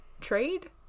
TRADE